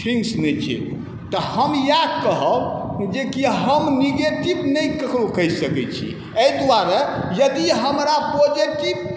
things नहि छिए तऽ हम इएह कहब जेकि हम नेगेटिव नहि ककरो कहि सकै छी एहि दुआरे यदि हमरा पॉजिटिव